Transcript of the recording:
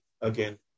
again